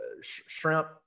shrimp